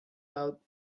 out